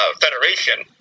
federation